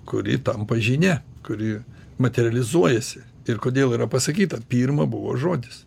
kuri tampa žinia kuri materializuojasi ir kodėl yra pasakyta pirma buvo žodis